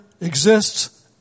exists